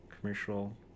commercial